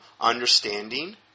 understanding